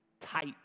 tight